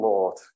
Lord